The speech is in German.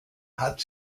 hat